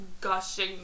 gushing